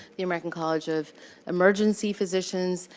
the american college of emergency physicians,